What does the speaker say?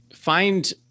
Find